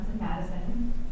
Madison